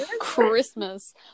Christmas